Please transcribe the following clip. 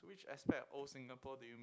which aspect of old Singapore do you